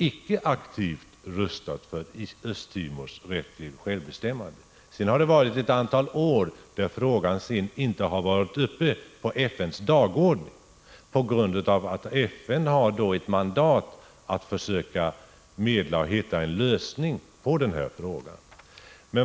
1982 röstat aktivt för Östtimors självbestämmande. På grund av att FN har ett mandat att medla som ett led i försöken att hitta en lösning på konflikten har frågan under ett antal år inte varit uppe på FN:s dagordning.